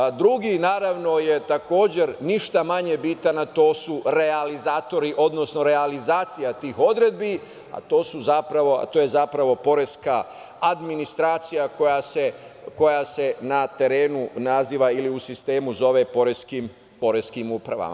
Drugi uslov je takođe ništa manje bitan, a to su realizatori, odnosno realizacija tih odredbi, a to je zapravo poreska administracija koja se na terenu naziva ili u sistemu zove poreskim upravama.